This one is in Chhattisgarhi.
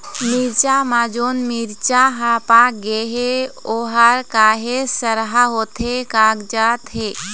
मिरचा म जोन मिरचा हर पाक गे हे ओहर काहे सरहा होथे कागजात हे?